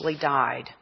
died